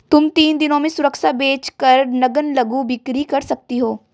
तुम तीन दिनों में सुरक्षा बेच कर नग्न लघु बिक्री कर सकती हो